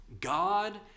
God